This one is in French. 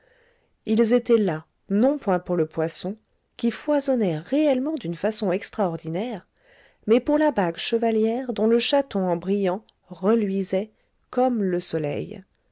ils étaient là non point pour le poisson qui foisonnait réellement d'une façon extraordinaire mais pour la bague chevalière dont le chaton en brillants reluisait comme le soleil